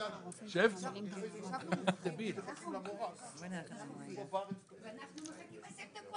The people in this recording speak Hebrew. משרד הבריאות בכלל לא הכיר בעובדה שהוא צריך למנות אדם שיטפל בצוות